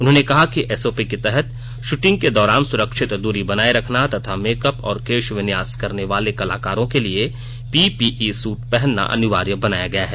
उन्होंने कहा कि एसओपी के तहत शूटिंग के दौरान सुरक्षित दूरी बनाए रखना तथा मेकअप और केश विन्यास करने वाले कलाकारों के लिए पीपीई सूट पहनना अनिवार्य बनाया गया है